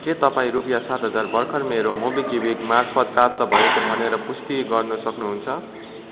के तपाईँ रुपियाँ सात हजार भर्खर मेरो मोबिक्विक मार्फत प्राप्त भएको भनेर पुष्टि गर्न सक्नु हुन्छ